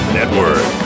Network